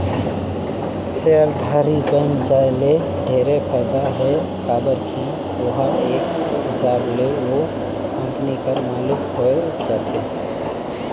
सेयरधारी बइन जाये ले ढेरे फायदा हे काबर की ओहर एक हिसाब ले ओ कंपनी कर मालिक होए जाथे